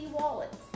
wallets